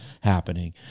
happening